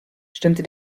stimmte